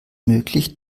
möglich